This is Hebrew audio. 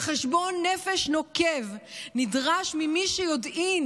וחשבון נפש נוקב נדרש ממי שביודעין